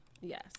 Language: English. Yes